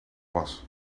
was